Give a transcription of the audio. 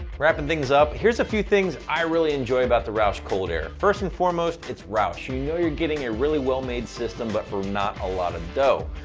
wrapping things up, here's a few things i really enjoy about the roush cold air. first and foremost it's roush. you know you're getting a really well-made system, but for not a lot of dough.